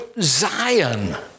zion